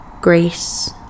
grace